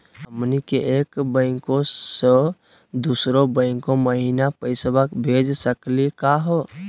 हमनी के एक बैंको स दुसरो बैंको महिना पैसवा भेज सकली का हो?